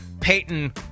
Peyton